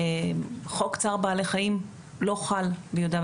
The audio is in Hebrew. חוק צער בעלי חיים לא חל ביהודה,